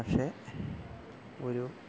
പക്ഷെ ഒരു